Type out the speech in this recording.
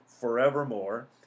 forevermore